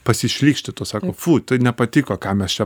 pasišlykšti tau sako fu tai nepatiko ką mes čia